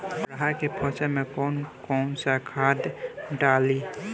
अरहा के फसल में कौन कौनसा खाद डाली?